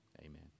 amen